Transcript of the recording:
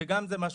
אז למה